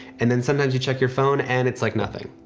and then sometimes you check your phone and it's like nothing.